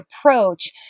approach